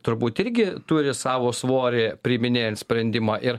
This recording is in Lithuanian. turbūt irgi turi savo svorį priiminėjant sprendimą ir